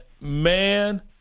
man